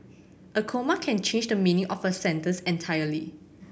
a comma can change the meaning of a sentence entirely